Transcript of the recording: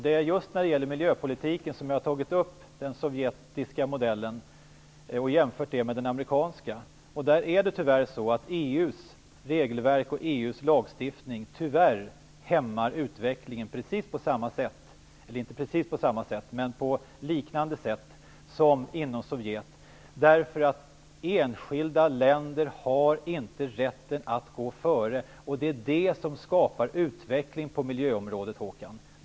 Det är just när det gäller miljöpolitiken som jag tagit upp den sovjetiska modellen och jämfört den med den amerikanska. EU:s regelverk och EU:s lagstiftning hämmar tyvärr utvecklingen på liknande sätt som i Sovjet, därför att enskilda länder inte har rätten att gå före. Att kunna gå före är det som skapar utveckling på miljöområdet.